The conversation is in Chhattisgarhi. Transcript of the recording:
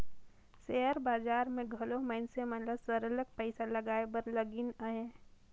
सेयर बजार में घलो मइनसे मन सरलग पइसा लगाए बर लगिन अहें